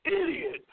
idiot